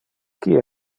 qui